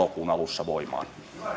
elokuun alussa voimaan